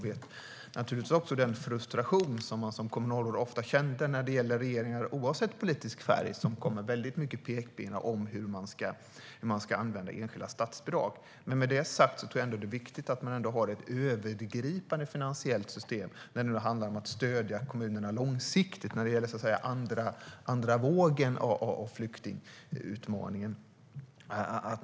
Jag känner också till den frustration som man som kommunalråd ofta kände när regeringar oavsett politisk färg kom med väldigt mycket pekpinnar om hur man ska använda enskilda statsbidrag. Med det sagt är det ändå viktigt att man har ett övergripande finansiellt system när det handlar om att stödja kommunerna långsiktigt i den andra vågen av flyktingutmaningen.